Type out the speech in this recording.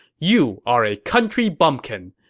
you are a country bumpkin.